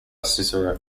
cicero